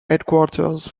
headquarters